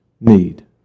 need